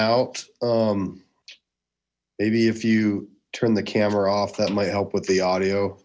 out maybe if you turn the camera off that might help with the audio